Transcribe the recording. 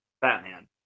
Batman